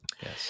yes